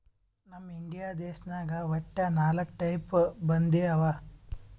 ನಮ್ ಇಂಡಿಯಾ ದೇಶನಾಗ್ ವಟ್ಟ ನಾಕ್ ಟೈಪ್ ಬಂದಿ ಅವಾ